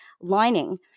lining